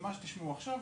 כמו מה שתשמעו עכשיו.